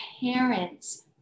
parents